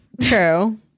true